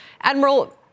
Admiral